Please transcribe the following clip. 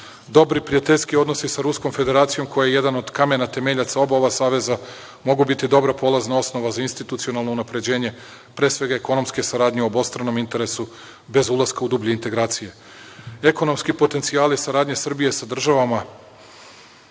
i prijateljski odnosi sa Ruskom Federacijom, koja je jedan od kamena temeljaca oba ova saveza, mogu biti dobra polazna osnova na institucionalno unapređenje pre svega ekonomske saradnje o obostranom interesu, bez ulaska u dublje integracije. Ekonomski potencijali saradnje Srbije sa državama